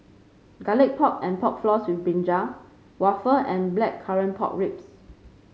Garlic Pork and Pork Floss with brinjal waffle and Blackcurrant Pork Ribs